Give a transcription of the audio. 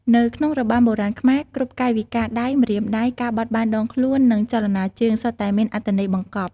នៅក្នុងរបាំបុរាណខ្មែរ គ្រប់កាយវិការដៃ ម្រាមដៃ ការបត់បែនដងខ្លួន និងចលនាជើង សុទ្ធតែមានអត្ថន័យបង្កប់។